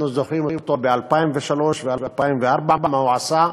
אנחנו זוכרים אותו ב-2003 וב-2004, מה הוא עשה,